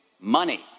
money